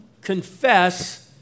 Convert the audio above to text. confess